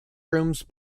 rooms